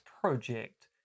project